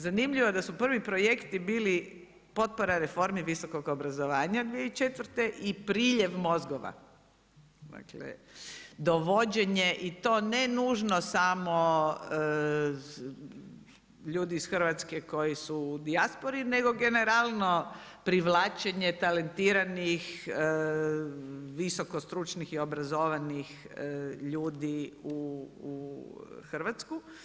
Zanimljivo je da su prvi projekti bili potpora reformi visokog obrazovanja 2004. i priljev mozgova, dakle dovođenje i to ne nužno samo ljudi iz Hrvatske koji su u dijaspori, nego generalno privlačenje talentiranih visoko stručnih i obrazovanih ljudi u Hrvatsku.